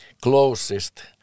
closest